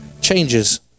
changes